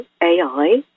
AI